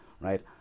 right